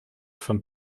von